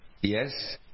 yes